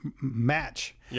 match